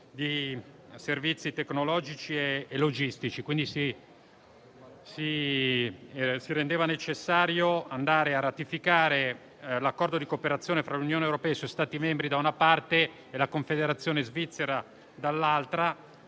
di servizi tecnologici e logistici. Si rendeva pertanto necessario andare a ratificare l'Accordo di cooperazione fra l'Unione europea e i suoi Stati membri, da una parte, e la Confederazione svizzera, dall'altra,